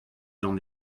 d’an